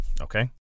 Okay